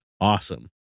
awesome